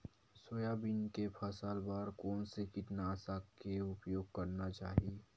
Soybean के फसल बर कोन से कीटनाशक के उपयोग करना चाहि?